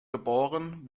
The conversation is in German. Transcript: geboren